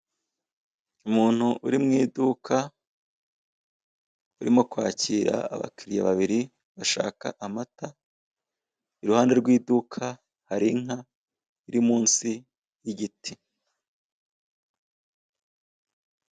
Isoko ricuruza ibyo kurya bitandukanye. Nk'aho batwetreka ibitok, abacuruzi bambaye imyenda isa.